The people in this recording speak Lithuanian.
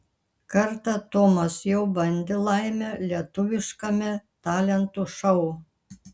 kartą tomas jau bandė laimę lietuviškame talentų šou